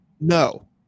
no